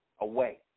away